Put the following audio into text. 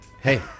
hey